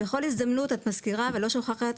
בכל הזדמנות את מזכירה ולא שוכחת,